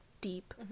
deep